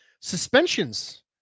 Suspensions